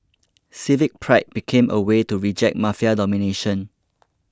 civic pride became a way to reject Mafia domination